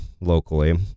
locally